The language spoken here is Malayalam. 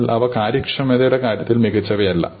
എന്നാൽ അവ കാര്യക്ഷമതയുടെ കാര്യത്തിൽ മികച്ചവയല്ല